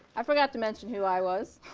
i forgot to mention who i was.